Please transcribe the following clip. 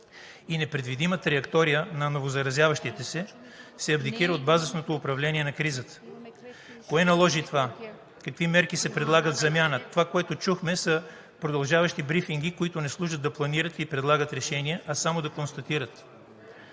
и непредвидима траектория на новозаразяващите се, се абдикира от базисното управление на кризата. Кое наложи това? Какви мерки се предлагат в замяна? Това, което чухме, са продължаващи брифинги, които не служат да планират и предлагат решения, а само да констатират.